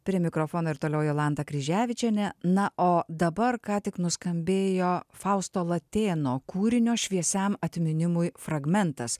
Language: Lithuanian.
prie mikrofono ir toliau jolanta kryževičienė na o dabar ką tik nuskambėjo fausto latėno kūrinio šviesiam atminimui fragmentas